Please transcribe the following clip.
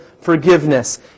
forgiveness